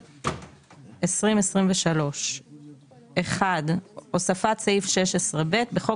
התשפ״ג-2023 הוספת סעיף 16ב 1. בחוק